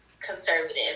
conservative